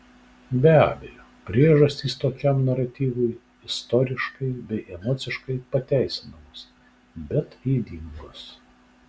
be abejo priežastys tokiam naratyvui istoriškai bei emociškai pateisinamos bet ydingos